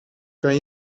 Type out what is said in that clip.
kan